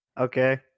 Okay